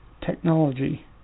Technology